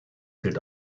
gilt